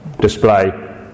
display